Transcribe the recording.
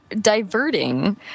diverting